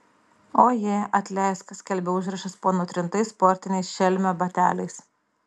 oje atleisk skelbė užrašas po nutrintais sportiniais šelmio bateliais